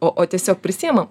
o o tiesiog prisiimam